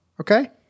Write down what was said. Okay